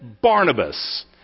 Barnabas